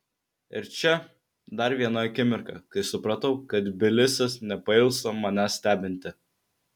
ir čia dar viena akimirka kai supratau kad tbilisis nepailsta manęs stebinti